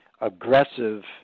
aggressive